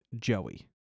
Joey